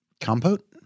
compote